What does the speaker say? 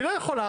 היא יכולה